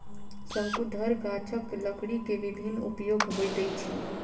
शंकुधर गाछक लकड़ी के विभिन्न उपयोग होइत अछि